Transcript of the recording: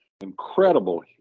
incredible